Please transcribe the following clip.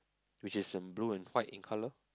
which is in blue and white in colour